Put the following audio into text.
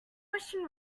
question